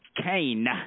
Kane